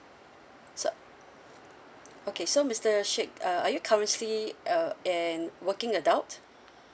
so okay so mister sheikh uh are you currently uh an working adult